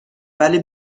ولی